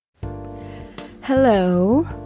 Hello